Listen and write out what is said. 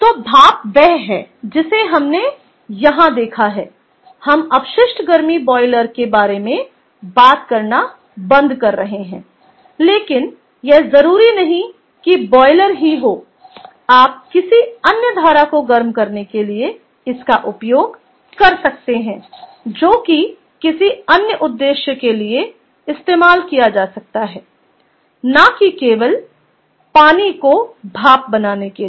तो भाप वह है जिसे हमने यहां देखा है हम अपशिष्ट गर्मी बॉयलर के बारे में बात करना बंद कर रहे हैं लेकिन यह जरूरी नहीं है कि बॉयलर ही हो आप किसी अन्य धारा को गर्म करने के लिए इसका उपयोग कर सकते है जो कि किसी अन्य उद्देश्य के लिए इस्तेमाल किया जा सकता है न कि केवल पानी को भाप बनाने के लिए